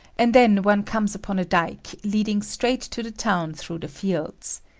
and then one comes upon a dyke leading straight to the town through the fields.